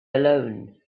alone